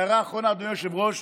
הערה אחרונה, אדוני היושב-ראש: